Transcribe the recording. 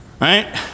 Right